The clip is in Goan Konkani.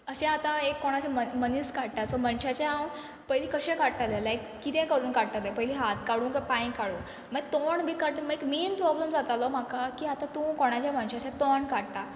अशें आतां एक कोणाचे म मनीस काडटा सो मनशाचें हांव पयली कशें काडटलें लायक कितें करून काडटलें पयली हात काडूं काय पांय काडूं माय तोंड बी काडट माय एक मेन प्रॉब्लम जातालो म्हाका की आतां तूं कोणाचें मनशाचें तोंड काडटा